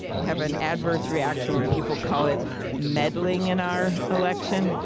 have an adverse reaction when people call it meddling in our election.